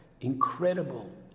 incredible